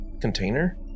container